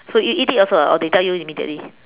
so you eat it also ah or they tell you immediately